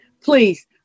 please